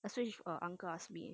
I switch err uncle ask me